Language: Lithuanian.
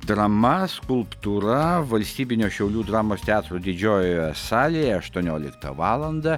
drama skulptūra valstybinio šiaulių dramos teatro didžiojoje salėje aštuonioliktą valandą